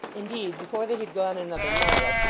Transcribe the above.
indeed, before they had gone another mile,